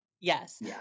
Yes